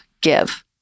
give